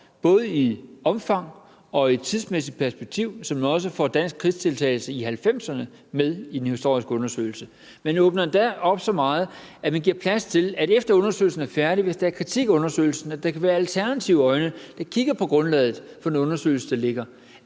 både i omfang og i et tidsmæssigt perspektiv, så man også får dansk krigsdeltagelse i 1990'erne med i den historiske undersøgelse. Man åbner det endda så meget op, at man giver plads til, at der, når undersøgelsen er færdig, og hvis der er kritik af den, kan være alternative øjne, der kigger på grundlaget for den. Alt det har